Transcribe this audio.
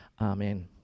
amen